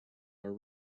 are